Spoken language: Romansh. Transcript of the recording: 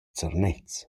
zernez